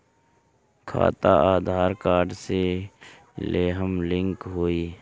खाता आधार कार्ड से लेहम लिंक होई?